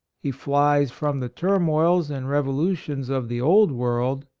he flies from the turmoils and revolu tions of the old world,